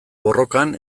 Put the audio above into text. borrokan